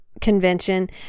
convention